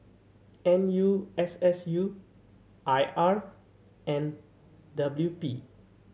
N U S S U I R and W P